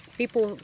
people